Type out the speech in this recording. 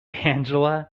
angela